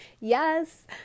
yes